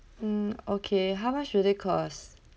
mm okay how much will they cost